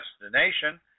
destination